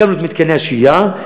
הקמנו את מתקני השהייה,